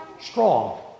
strong